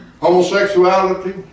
homosexuality